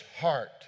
heart